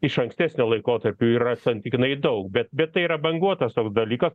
iš ankstesnio laikotarpio jų yra santykinai daug bet bet tai yra banguotas dalykas